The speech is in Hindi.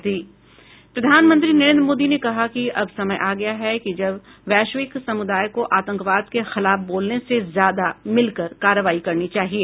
प्रधानमंत्री नरेन्द्र मोदी ने कहा है कि अब समय आ गया है जब वैश्विक सम्रदाय को आतंकवाद के खिलाफ बोलने से ज्यादा मिलकर कार्रवाई करनी चाहिए